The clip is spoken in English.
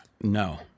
No